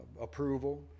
approval